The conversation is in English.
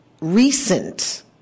recent